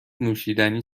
نوشیدنی